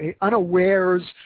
unawares